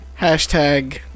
hashtag